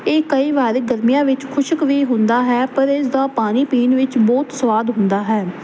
ਇਹ ਕਈ ਵਾਰ ਗਰਮੀਆਂ ਵਿੱਚ ਖੁਸ਼ਕ ਵੀ ਹੁੰਦਾ ਹੈ ਪਰ ਇਸ ਦਾ ਪਾਣੀ ਪੀਣ ਵਿੱਚ ਬਹੁਤ ਸਵਾਦ ਹੁੰਦਾ ਹੈ